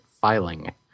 filing